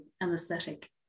anesthetic